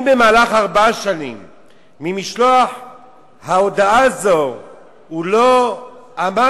אם במהלך ארבע שנים ממשלוח הודעה זו הוא לא אמר